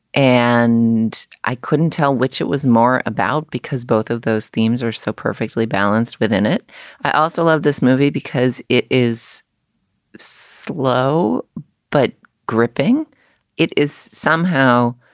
and i couldn't tell which it was more about because both of those themes are so perfectly balanced within it i also loved this movie because it is slow but gripping it is somehow,